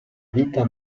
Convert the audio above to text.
vita